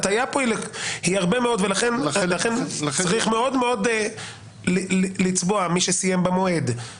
ההטיה כאן היא הרבה מאוד ולכן צריך מאוד לצבוע מי שסיים במועד.